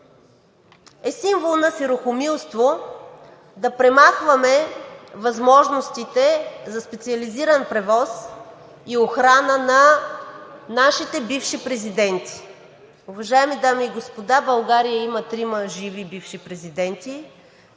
е символ на сиромахомилство да премахваме възможностите за специализиран превоз и охрана на нашите бивши президенти. Уважаеми дами и господа, в България има трима живи бивши президенти.